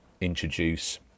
introduce